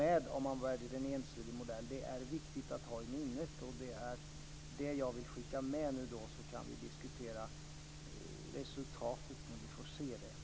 Det är viktigt att ha i minnet. Det är det jag vill skicka med, så kan vi diskutera resultatet när vi får se det.